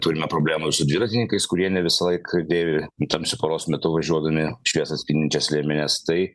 turime problemų ir su dviratininkais kurie ne visąlaik dėvi tamsiu paros metu važiuodami šviesą atspindinčias liemenes tai